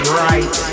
right